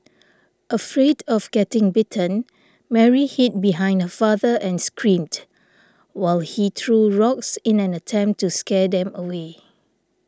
afraid of getting bitten Mary hid behind her father and screamed while he threw rocks in an attempt to scare them away